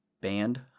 band